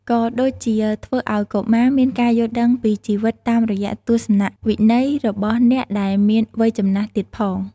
ក៏ដូចជាធ្វើឲ្យកុមារមានការយល់ដឹងពីជីវិតតាមរយៈទស្សនៈវិស័យរបស់អ្នកដែលមានវ័យចំណាស់ទៀតផង។